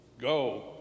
Go